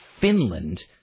Finland